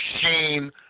shame